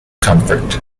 comfort